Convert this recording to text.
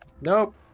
Nope